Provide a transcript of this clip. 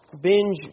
binge